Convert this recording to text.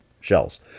shells